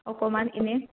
অকমান এনেই